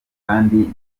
kandi